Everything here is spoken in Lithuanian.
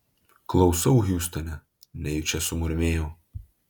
klausau hiūstone nejučia sumurmėjau